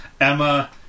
Emma